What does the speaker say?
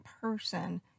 person